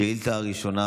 השאילתה הראשונה,